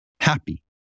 happy